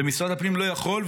ומשרד הפנים לא יכול,